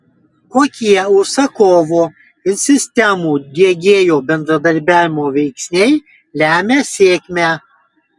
kokie užsakovo ir sistemų diegėjo bendradarbiavimo veiksniai lemia sėkmę